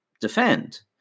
defend